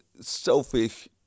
selfish